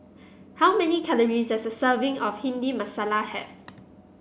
how many calories does a serving of Bhindi Masala have